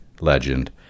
legend